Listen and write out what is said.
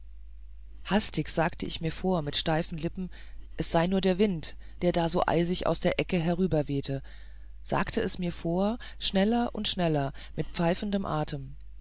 hastig sagte ich mir vor mit steifen lippen es sei nur der wind der da so eisig aus der ecke herüberwehte sagte es mir vor schneller und schneller mit pfeifendem atem